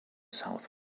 south